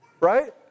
right